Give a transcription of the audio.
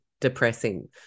depressing